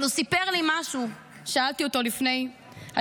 אבל הוא סיפר לי משהו, שאלתי אותו לפני הדברים.